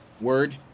Word